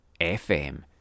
FM